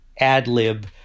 ad-lib